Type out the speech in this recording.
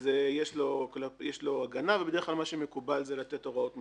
אז יש לו הגנה ובדרך כלל מה שמקובל זה לתת הוראות מעבר.